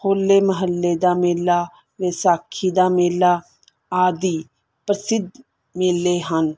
ਹੋਲੇ ਮਹੱਲੇ ਦਾ ਮੇਲਾ ਵਿਸਾਖੀ ਦਾ ਮੇਲਾ ਆਦਿ ਪ੍ਰਸਿੱਧ ਮੇਲੇ ਹਨ